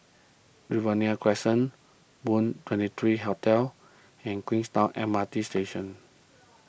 Riverina Crescent Moon twenty three Hotel and Queenstown M R T Station